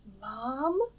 mom